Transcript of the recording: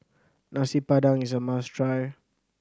Nasi Padang is a must try